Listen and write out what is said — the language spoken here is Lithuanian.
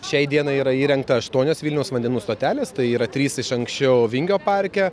šiai dienai yra įrengta aštuonios vilniaus vandenų stotelės tai yra trys iš anksčiau vingio parke